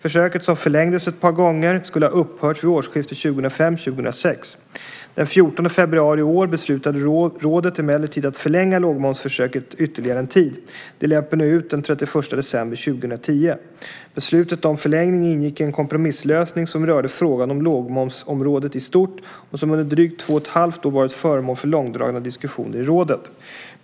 Försöket, som förlängdes ett par gånger, skulle ha upphört vid årsskiftet 2005/06. Den 14 februari i år beslutade rådet emellertid att förlänga lågmomsförsöket ytterligare en tid. Det löper nu ut den 31 december 2010. Beslutet om förlängning ingick i en kompromisslösning som rörde frågan om lågmomsområdet i stort och som under drygt två och ett halvt år varit föremål för långdragna diskussioner i rådet.